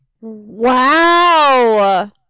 Wow